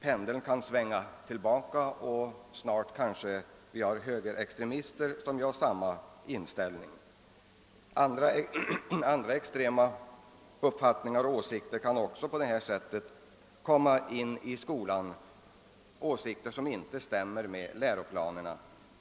Pendeln kan svänga tillbaka, och högerextremister har ju samma inställning. Vi har ju sett exempel på bådadera. Andra extrema uppfattningar och åsikter kan också på detta sätt komma in i skolan, åsikter som inte stämmer med läroplanerna.